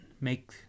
make